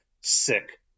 sick